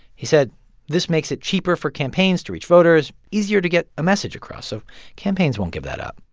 he said this makes it cheaper for campaigns to reach voters, easier to get a message across. so campaigns won't give that up.